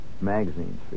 magazines